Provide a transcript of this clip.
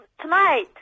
Tonight